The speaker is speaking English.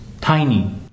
Tiny